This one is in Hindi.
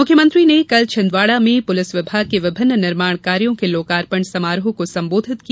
मुख्यमंत्री ने कल छिंदवाड़ा में पुलिस विभाग के विभिन्न निर्माण कार्यो के लोकार्पण समारोह को संबोधित किया